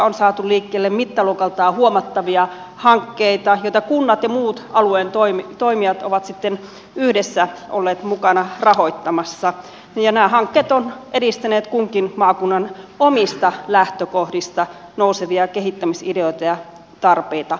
on saatu liikkeelle mittaluokaltaan huomattavia hankkeita joita kunnat ja muut alueen toimijat ovat sitten yhdessä olleet mukana rahoittamassa ja nämä hankkeet ovat edistäneet kunkin maakunnan omista lähtökohdista nousevia kehittämisideoita ja tarpeita